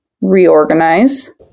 reorganize